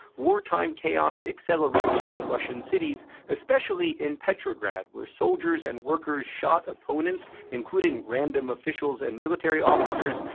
wartime chaos accelerated in russian cities especially in petrograd, where soldiers and workers shot opponents, including random officials and military officers,